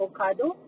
Ocado